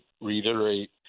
reiterate